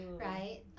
right